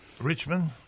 Richmond